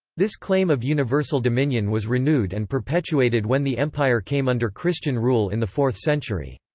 this claim of universal dominion was renewed and perpetuated when the empire came under christian rule in the fourth century.